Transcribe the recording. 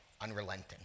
unrelenting